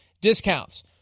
discounts